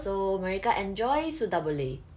so mereka enjoy sudah boleh